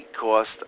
cost